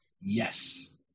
Yes